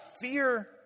fear